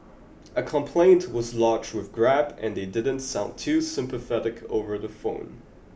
a complaint was lodged with Grab and they didn't sound too sympathetic over the phone